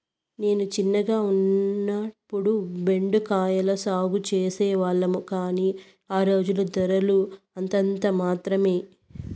నేను చిన్నగా ఉన్నప్పుడు బెండ కాయల సాగు చేసే వాళ్లము, కానీ ఆ రోజుల్లో ధరలు అంతంత మాత్రమె